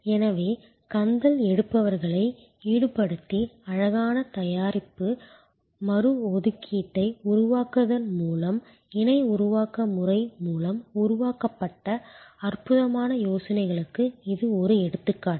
எனவே கந்தல் எடுப்பவர்களை ஈடுபடுத்தி அழகான தயாரிப்பு மறுஒதுக்கீட்டை உருவாக்குவதன் மூலம் இணை உருவாக்க முறை மூலம் உருவாக்கப்பட்ட அற்புதமான யோசனைகளுக்கு இது ஒரு எடுத்துக்காட்டு